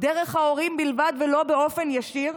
דרך ההורים בלבד ולא באופן ישיר,